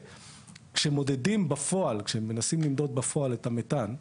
כשמנסים למדוד בפועל את המתאן,